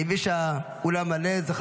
אני מבין שהאולם מלא, זה חשוב,